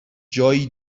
جایی